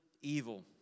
evil